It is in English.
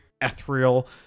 ethereal